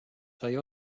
sai